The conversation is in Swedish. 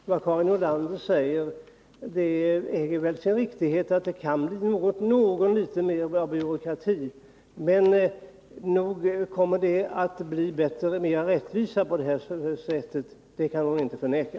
Herr talman! Vad Karin Nordlander säger äger väl sin riktighet. Det kan bli litet mer av byråkrati. Men att det kommer att bli mera rättvist på det sätt som nu föreslås kan hon inte förneka.